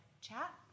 chat